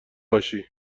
باشی